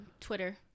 Twitter